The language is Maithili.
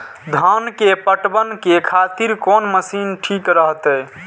धान के पटवन के खातिर कोन मशीन ठीक रहते?